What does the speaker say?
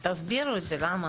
תסבירו את זה, למה?